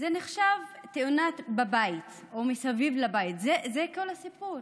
זה נחשב לתאונה בבית או מסביב לבית, זה כל הסיפור,